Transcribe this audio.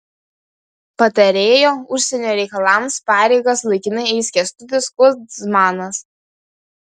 patarėjo užsienio reikalams pareigas laikinai eis kęstutis kudzmanas